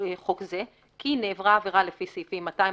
חוק זה כי נעברה עבירה לפי סעיפים 242,